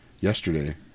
yesterday